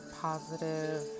positive